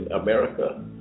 America